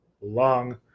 long